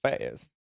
fast